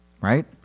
right